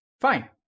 Fine